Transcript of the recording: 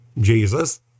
Jesus